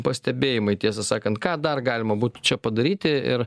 pastebėjimai tiesą sakant ką dar galima būtų čia padaryti ir